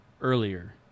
earlier